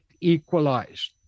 equalized